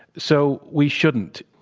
so we shouldn't.